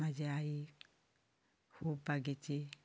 म्हाज्या आईक खूब बागेची